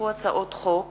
הצעת חוק